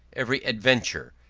every adventure,